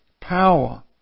power